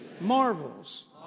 Marvels